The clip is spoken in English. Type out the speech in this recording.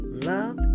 Love